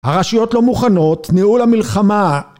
הרשויות לא מוכנות, ניהול המלחמה...